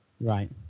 right